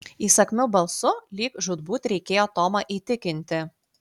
įsakmiu balsu lyg žūtbūt reikėjo tomą įtikinti